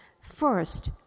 First